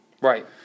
Right